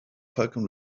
falcon